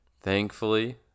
Thankfully